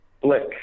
Blick